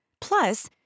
Plus